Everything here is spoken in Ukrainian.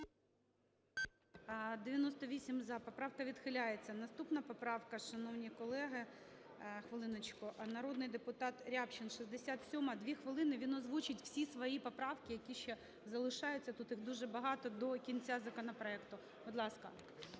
За-98 Поправка відхиляється. Наступна поправка, шановні колеги… Хвилиночку. Народний депутат Рябчин, 67-а, 2 хвилини. Він озвучить всі свої поправки, які ще залишаються, тут їх дуже багато, до кінця законопроекту. Будь ласка.